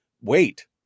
wait